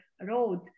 road